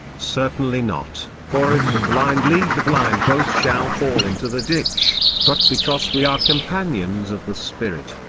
certainly not, for if the blind lead the blind both shall fall into the ditch but because we are companions of the spirit,